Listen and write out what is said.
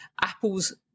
Apple's